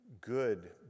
good